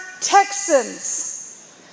Texans